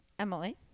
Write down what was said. Emily